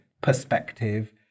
perspective